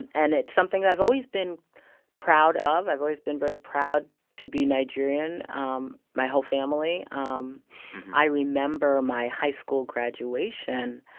and and it's something i've always been proud of. i've always been very proud to be nigerian um my whole family. um i remember my high school graduation.